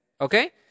okay